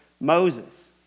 Moses